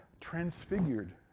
transfigured